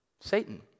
Satan